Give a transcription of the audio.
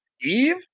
Eve